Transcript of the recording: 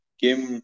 game